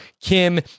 Kim